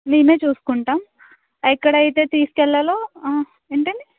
మేమే చూసుకుంటాము ఎక్కడైతే తీసుకెళ్ళాలో ఆ ఏంటండి